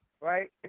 right